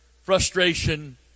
frustration